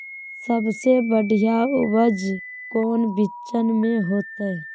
सबसे बढ़िया उपज कौन बिचन में होते?